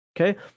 Okay